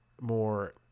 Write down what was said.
more